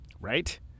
Right